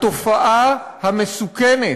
התופעה המסוכנת,